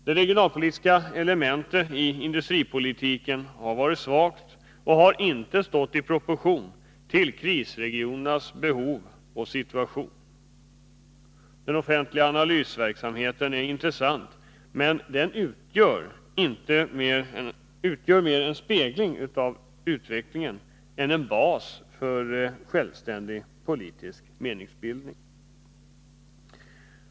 Det regionalpolitiska elementet i industripolitiken har varit svagt, och det har inte stått i proportion till krisregionernas behov och situation. Den offentliga analysverksamheten är intressant, men utgör mer en spegling av utvecklingen än en bas för självständig politisk åsiktsbildning.